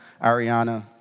Ariana